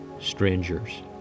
strangers